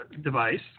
device